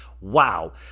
Wow